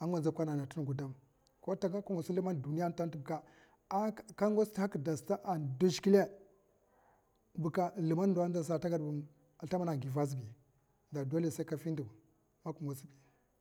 a nga nzakwana ana tmga gudum ko tagwad ka gwats sldambad duniya tantabaka gwats harkida sata anade zhikle bukka slimbad ndo nasa tagwad bukka a slambada gwa azibi dole ka findiv.